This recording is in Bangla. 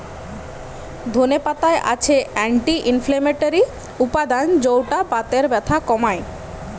ধনে পাতায় আছে অ্যান্টি ইনফ্লেমেটরি উপাদান যৌটা বাতের ব্যথা কমায়